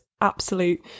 absolute